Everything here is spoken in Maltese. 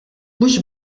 mhux